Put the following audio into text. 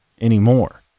anymore